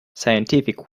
scientific